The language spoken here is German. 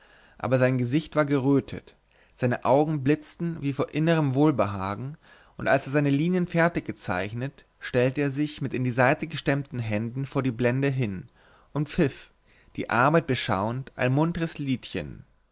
aber sein gesicht war gerötet seine augen blitzten wie vor innerm wohlbehagen und als er seine linien fertig gezeichnet stellte er sich mit in die seite gestemmten händen vor die blende hin und pfiff die arbeit beschauend ein muntres liedchen